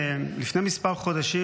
לפני מספר חודשים,